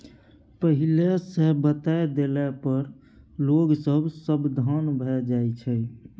पहिले सँ बताए देला पर लोग सब सबधान भए जाइ छै